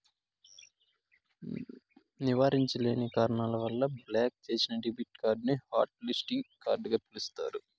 నివారించలేని కారణాల వల్ల బ్లాక్ చేసిన డెబిట్ కార్డుని హాట్ లిస్టింగ్ కార్డుగ పిలుస్తారు